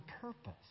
purpose